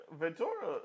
Ventura